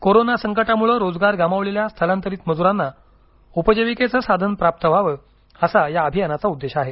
corona संकटामुळे रोजगार गमावलेल्या स्थलांतरीत मजुरांना उपजीविकेचं साधन प्राप्त व्हावं असा या अभियानाचा उद्देश आहे